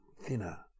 thinner